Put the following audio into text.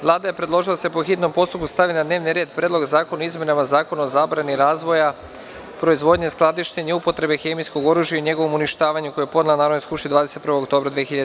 Vlada je predložila da se po hitnom postupku stavi na dnevni red Predlog zakona o izmenama Zakona o zabrani razvoja, proizvodnje, skladištenja i upotrebe hemijskog oružja i njegovom uništavanju, koje je podnela Narodnoj skupštini 21. oktobra 2013. godine.